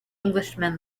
englishman